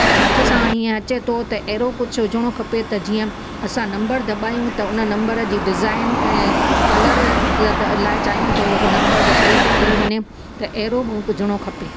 हथ सां ईअं अचे थो त अहिड़ो कुझु हुजणो खपे त जीअं असां नम्बर दॿायूं त उन नम्बर जी डिज़ाइन ऐं कलर ल लाइ चाहियूं त उहो न नम्बर जो कलर हली वञे त अहिड़ो हुजणो खपे